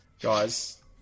guys